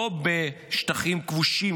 לא בשטחים כבושים,